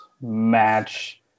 match